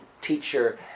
teacher